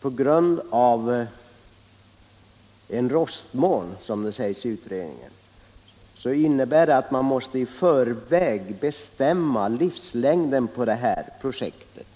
På grund av rostmån, sägs det i utredningen, måste man i förväg bestämma livslängden på projektet.